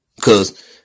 cause